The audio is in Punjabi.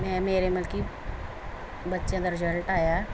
ਮੈਂ ਮੇਰੇ ਮਲ ਕਿ ਬੱਚਿਆਂ ਦਾ ਰਿਜ਼ਲਟ ਆਇਆ